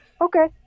Okay